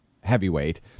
heavyweight